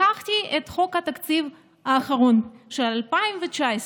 לקחתי את חוק התקציב האחרון של 2019,